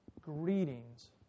greetings